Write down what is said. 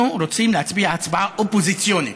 אנחנו רוצים להצביע הצבעה אופוזיציונית.